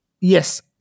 Yes